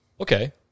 Okay